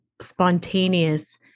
spontaneous